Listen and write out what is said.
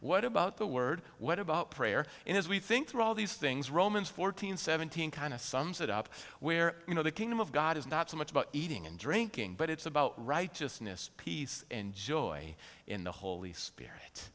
what about the word what about prayer in his we think through all these things romans fourteen seventeen kind of sums it up where you know the kingdom of god is not so much about eating and drinking but it's about righteousness peace and joy in the holy spirit